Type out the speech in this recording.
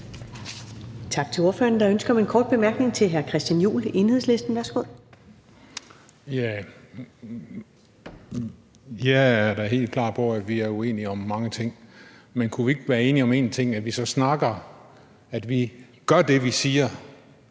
Tak til ordføreren. Der er ønske om en kort bemærkning fra hr. Christian Juhl, Enhedslisten. Værsgo. Kl. 17:40 Christian Juhl (EL): Jeg er da helt klar på, at vi er uenige om mange ting. Men kunne vi så ikke være enige om én ting: at vi gør det, vi siger;